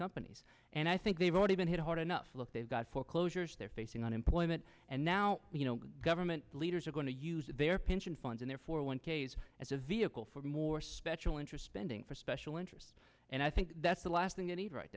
companies and i think they've already been hit hard enough look they've got foreclosures they're facing unemployment and now you know government leaders are going to use their pension funds in their four one k s as a vehicle for more special interests pending for special interests and i think that's the last thing you need right